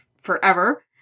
forever